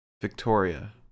Victoria